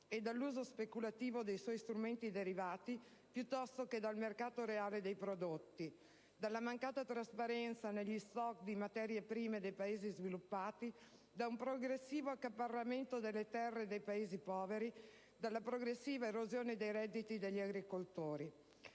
e dall'uso speculativo dei loro strumenti derivati che dal mercato reale dei prodotti), dalla mancata trasparenza negli *stock* di materie prime dei Paesi sviluppati, da un progressivo accaparramento delle terre dei Paesi poveri, dalla progressiva erosione dei redditi degli agricoltori.